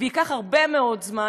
ייקח הרבה מאוד זמן,